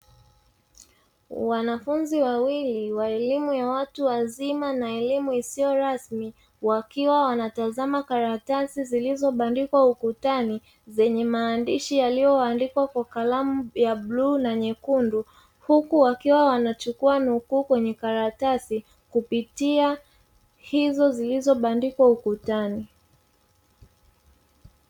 Wanafunzi wawili wa elimu ya watu wazima na elimu isiyo rasmi, wakiwa watazama karatasi zilizobandikwa ukutani zenye maandishi yaliyoandikwa kwa kalamu ya bluu na nyekundu, huku wakiwa wanachukua nukuu kwenye karatasi kupitia hizo zilizobandikwa ukutani.